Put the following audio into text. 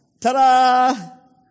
Ta-da